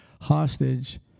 hostage